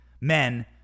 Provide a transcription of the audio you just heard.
men